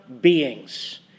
beings